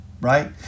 right